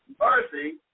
mercy